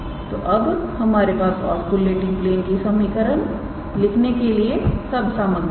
तोअब हमारे पास ऑस्कुलेटिंग प्लेन की समीकरण लिखने के लिए सब सामग्री है